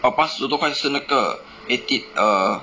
orh 八十多块钱是那个 eighteen err